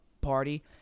Party